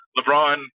LeBron